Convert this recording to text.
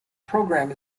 program